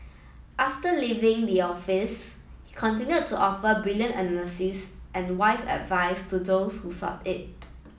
after leaving the office he continued to offer brilliant analysis and wise advice to those who sought it